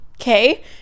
Okay